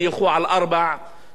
ואז הוא יפתור להם את הבעיות.